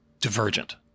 divergent